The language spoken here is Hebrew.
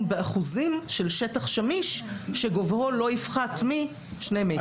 באחוזים של שטח שמיש שגובהו לא יפחת משני מטרים.